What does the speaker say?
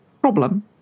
problem